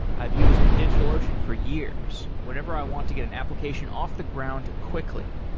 i've used digitalocean for years whenever i want to get an application off the ground quickly,